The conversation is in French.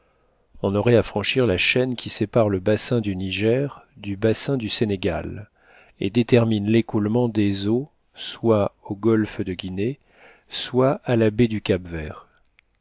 on aurait à franchir la chaîne qui sépare le bassin du niger du bassin du sénegal et détermine l'écoulement des eaux soit au golfe de guinée soit à la baie du cap vert